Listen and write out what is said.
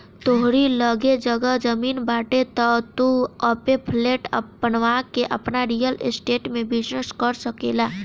तोहरी लगे जगह जमीन बाटे तअ तू ओपे फ्लैट बनवा के आपन रियल स्टेट में बिजनेस कर सकेला